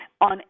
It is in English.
on